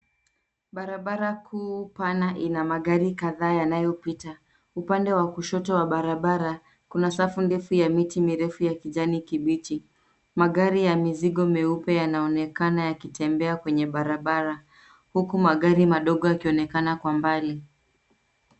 Barabara kuu pana ina magari kadhaa yanayopita. Upande wa kushoto wa barabara, kuna safu ndefu ya miti mirefu ya kijani kibichi. Magari ya mizigo meupe yanaonekana yakitembea kwenye barabara huku magari madogo yakionekana kwa mbali.